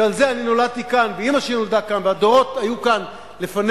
שעל זה אני נולדתי כאן ואמא שלי נולדה כאן והדורות היו כאן לפניה,